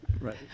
Right